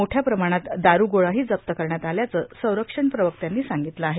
मोठ्या प्रमाणात दारुगोळा जप्त करण्यात आल्याचं संरक्षण प्रवक्त्यांनी सांगगतलं आहे